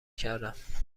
کردم